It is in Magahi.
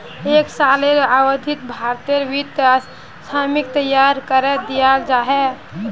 एक सालेर अवधित भारतेर वित्तीय स्कीमक तैयार करे दियाल जा छे